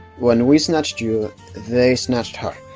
when we snatched you they snatched her.